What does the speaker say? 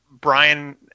Brian